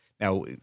now